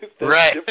right